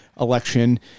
election